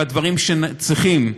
בדברים שצריכים,